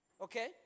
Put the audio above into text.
Okay